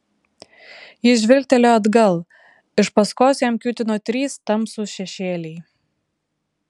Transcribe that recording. jis žvilgtelėjo atgal iš paskos jam kiūtino trys tamsūs šešėliai